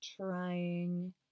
trying